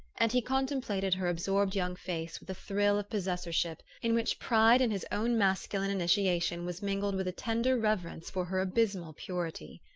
and he contemplated her absorbed young face with a thrill of possessorship in which pride in his own masculine initiation was mingled with a tender reverence for her abysmal purity.